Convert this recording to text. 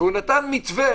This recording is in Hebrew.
והוא נתן מתווה